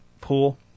pool